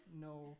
no